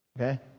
Okay